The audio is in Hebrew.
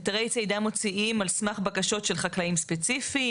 היתרי צידה מוציאים על סמך בקשות של חקלאים ספציפיים?